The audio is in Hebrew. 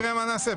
בוא נראה מה נעשה.